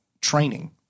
training